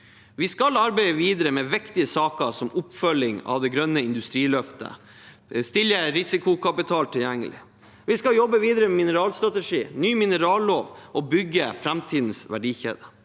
Vi skal arbeide med viktige saker som oppfølging av det grønne industriløftet, og stille risikokapital tilgjengelig. Vi skal jobbe videre med mineralstrategi, ny minerallov og bygge framtidens verdikjede.